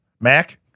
Mac